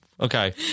Okay